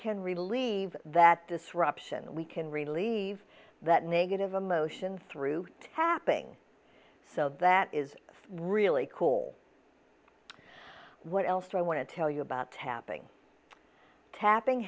can relieve that disruption we can relieve that negative emotion through tapping so that is really cool what else do i want to tell you about tapping tapping